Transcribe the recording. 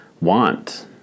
want